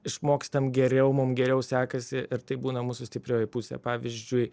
išmokstam geriau mum geriau sekasi ir tai būna mūsų stiprioji pusė pavyzdžiui